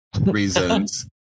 Reasons